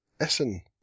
Essen